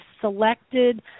selected